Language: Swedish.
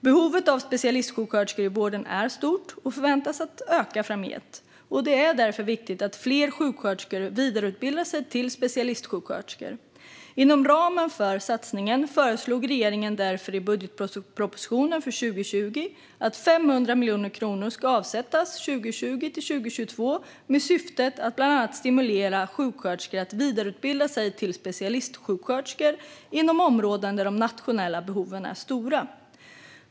Behovet av specialistsjuksköterskor i vården är stort och förväntas öka framgent. Det är därför viktigt att fler sjuksköterskor vidareutbildar sig till specialistsjuksköterskor. Inom ramen för satsningen föreslog regeringen därför i budgetpropositionen för 2020 att 500 miljoner kronor ska avsättas 2020-2022 i syfte att bland annat stimulera sjuksköterskor att vidareutbilda sig till specialistsjuksköterska inom områden där de nationella behoven är stora.